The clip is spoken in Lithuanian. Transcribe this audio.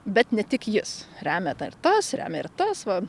bet ne tik jis remia tą ir tas remia ir tas va